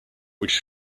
which